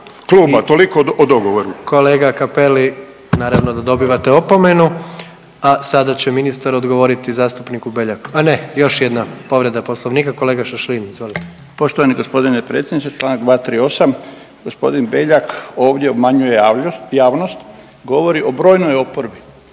**Jandroković, Gordan (HDZ)** Kolega Cappelli, naravno da dobivate opomenu, a sada će ministar odgovoriti zastupniku Beljaku, a ne, još jedna povreda Poslovnika, kolega Šašlin, izvolite. **Šašlin, Stipan (HDZ)** Poštovani g. predsjedniče, čl. 238. G. Beljak ovdje obmanjuje javnost, govori o brojnoj oporbi.